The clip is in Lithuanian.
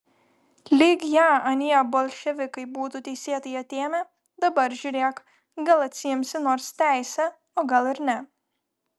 lyg ją anie bolševikai būtų teisėtai atėmę dabar žiūrėk gal atsiimsi nors teisę o gal ir ne